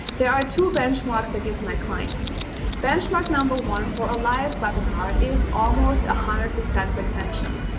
there are two benchmarks that give my clients benchmark. number one for a live webinar is almost a hundred percent of attention.